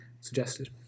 suggested